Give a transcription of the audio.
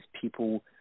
people